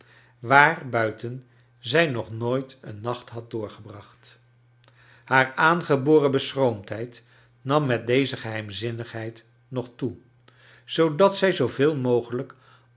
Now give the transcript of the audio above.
waar buiten zij nog nooit een nacht had doorgebracht haar aangeboren beschroomdheid nam met deze geheimzinnigheid nog toe zoodat zij zooveel mogelijk